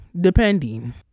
depending